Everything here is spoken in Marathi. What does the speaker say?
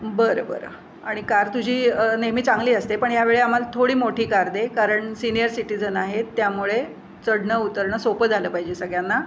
बरं बरं आणि कार तुझी नेहमी चांगली असते पण ह्यावेळी आम्हाला थोडी मोठी कार दे कारण सिनियर सिटिझन आहेत त्यामुळे चढणं उतरणं सोपं झालं पाहिजे सगळ्यांना